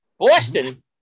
Boston